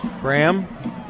Graham